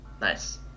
Nice